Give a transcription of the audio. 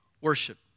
worship